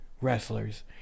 Wrestlers